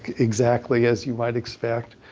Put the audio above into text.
exactly as you might expect.